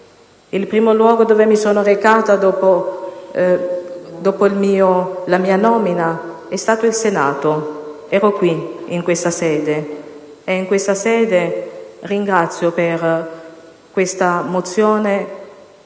Il primo luogo in cui mi sono recata dopo la mia nomina è stato il Senato. Ero qui, in questa sede, e in questa sede vi ringrazio per questa mozione